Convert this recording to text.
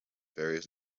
various